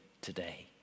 today